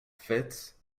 fits